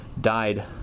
died